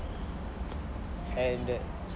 and the